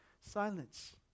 silence